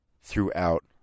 throughout